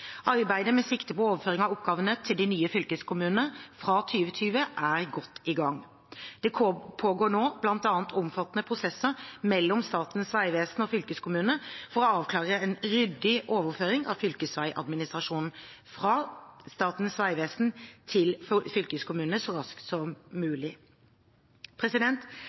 Arbeidet med sikte på overføring av oppgavene til de nye fylkeskommunene fra 2020 er godt i gang. Det pågår nå bl.a. omfattende prosesser mellom Statens vegvesen og fylkeskommunene for å avklare en ryddig overføring av fylkesveiadministrasjonen fra Statens vegvesen til fylkeskommunene så raskt som mulig.